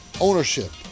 ownership